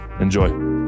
Enjoy